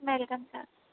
welcome sir